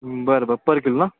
बरं बरं पर किलो ना